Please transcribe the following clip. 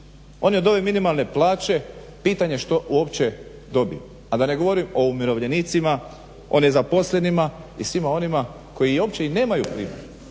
Oni od ove minimalne plaće pitanje što uopće dobiju, a da ne govorim o umirovljenicima, o nezaposlenima i svima onima koji uopće i nemaju primanja.